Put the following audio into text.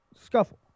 Scuffle